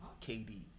KD